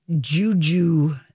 juju